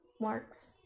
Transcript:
marks